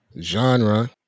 genre